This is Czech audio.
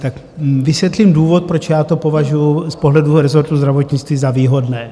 Tak vysvětlím důvod, proč já to považuji z pohledu resortu zdravotnictví za výhodné.